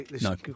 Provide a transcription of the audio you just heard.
No